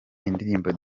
indirimbo